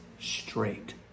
straight